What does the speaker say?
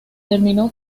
terminó